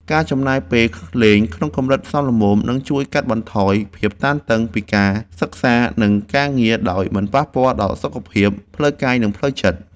ការចំណាយពេលលេងក្នុងកម្រិតសមល្មមនឹងជួយកាត់បន្ថយភាពតានតឹងពីការសិក្សានិងការងារដោយមិនប៉ះពាល់ដល់សុខភាពផ្លូវកាយនិងផ្លូវចិត្ត។